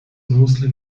mostly